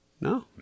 No